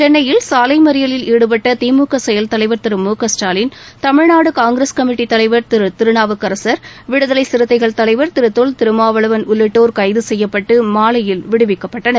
சென்னையில் சாலை மறியலில் ஈடுபட்ட திமுக செயல்தலைவா் திரு மு க ஸ்டாலின் தமிழ்நாடு காங்கிரஸ் கமிட்டித்தலைவர் திரு கதிருநாவுக்கரசர் விடுதலை சிறுத்தைகள் தலைவர் திரு தொல் திருமாவளவன் உள்ளிட்டோர் கைது செய்யப்பட்டு மாலையில் விடுவிக்கப்பட்டனர்